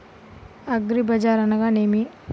అగ్రిబజార్ అనగా నేమి?